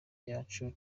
yacu